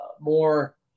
more